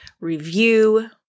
review